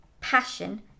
passion